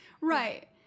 Right